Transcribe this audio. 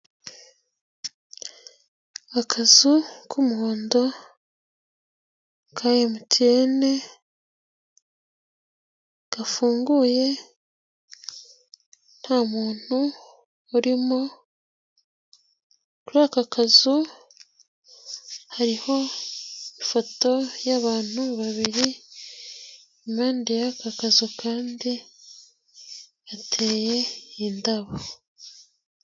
akazu k'umuhondo ka MTN gafunguye nta muntu urimo, kuri aka kazu hariho ifoto yabanut babiri, impande y'aka kazu kandi hateye indabo.